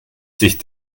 sich